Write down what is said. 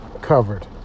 covered